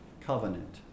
Covenant